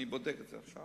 אני בודק את זה עכשיו,